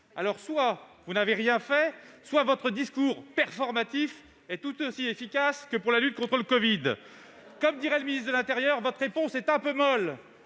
Soit vous n'avez rien fait, soit votre discours performatif est tout aussi efficace que pour lutter contre le covid ! Comme dirait le ministre de l'intérieur, votre réponse est un peu molle